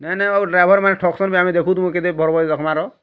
ନାଇଁ ନାଇଁ ଆଉ ଡ଼୍ରାଇଭର୍ମାନେ ଠକ୍ଛନ୍ ବି ଆମେ ଦେଖୁଛୁ କେତେ ଭର୍ ଭର୍ ରଖ୍ମାର